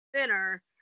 thinner